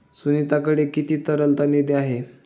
सुनीताकडे किती तरलता निधी आहे?